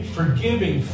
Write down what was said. forgiving